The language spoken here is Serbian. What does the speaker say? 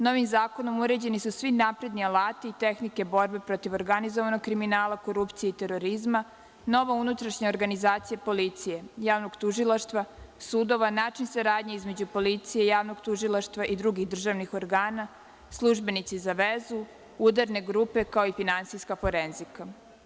Novim zakonom uređeni su svi napredni alati, tehnike borbe protiv organizovanog kriminala, korupcije i terorizma, nova unutrašnja organizacija policije, javnog tužilaštva, sudova, način saradnje između policije i javnog tužilaštva i drugih državnih organa, službenici za vezu, udarne grupe, kao i finansijska forenzika.